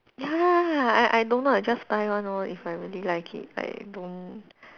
ya I I don't know I just buy one lor if I really like it I don't